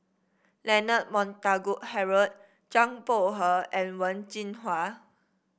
Leonard Montague Harrod Zhang Bohe and Wen Jinhua